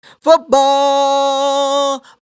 football